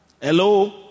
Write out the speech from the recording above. Hello